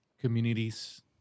communities